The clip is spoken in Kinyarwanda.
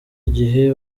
igihe